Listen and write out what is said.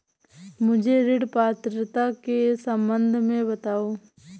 मुझे ऋण पात्रता के सम्बन्ध में बताओ?